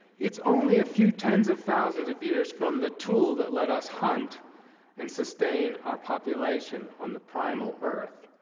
it's only a few tens of thousands of years from the tool that let us hunt and sustain our population on the primal earth.